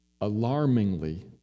alarmingly